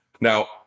now